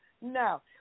No